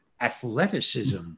athleticism